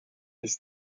his